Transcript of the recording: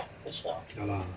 ya lah